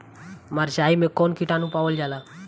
मारचाई मे कौन किटानु पावल जाला?